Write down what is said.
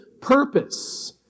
purpose